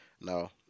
no